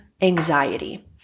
anxiety